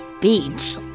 beach